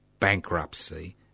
Bankruptcy